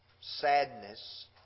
sadness